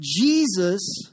Jesus